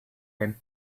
him